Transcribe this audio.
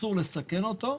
אסור לסכן אותו.